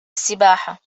السباحة